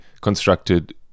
constructed